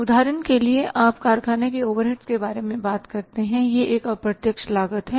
उदाहरण के लिए आप कारखाने के ओवरहेड्स के बारे में बात करते हैं यह एक अप्रत्यक्ष लागत है